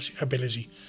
ability